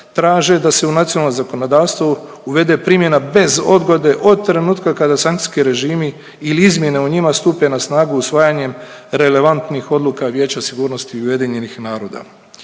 traže da se u nacionalno zakonodavstvo uvede primjena bez odgode od trenutka kada sankcijski režimi ili izmjene u njima stupe na snagu usvajanjem relevantnih odluka Vijeća sigurnosti UN-a.